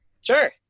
Sure